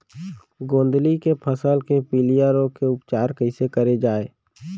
गोंदली के फसल के पिलिया रोग के उपचार कइसे करे जाये?